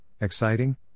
exciting